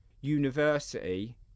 university